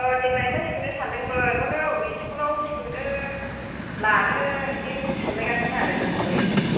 औ देग्लायनिफ्राय सोनो सान्दोंमोन बेखौनो अबे स्कुलाव सोनो लानो बिदिनो सानलायगालिनो आरो जोङो बोराय बुरै